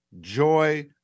joy